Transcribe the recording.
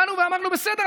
באנו ואמרנו: בסדר,